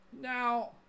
Now